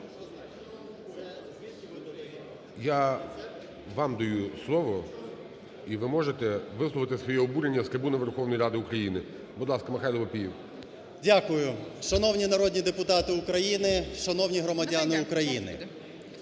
Я вам даю слово і ви можете висловити своє обурення з трибуни Верховної Ради України. Будь ласка, Михайло Папієв. 10:35:22 ПАПІЄВ М.М. Дякую. Шановні народні депутати України, шановні громадяни України"